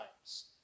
times